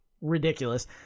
ridiculous